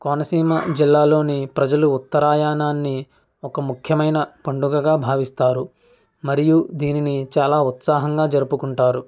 కోనసీమ జిల్లాలోని ప్రజలు ఉత్తరాయాణాన్ని ఒక ముఖ్యమైన పండుగగా భావిస్తారు మరియు దీనిని చాలా ఉత్సాహంగా జరుపుకుంటారు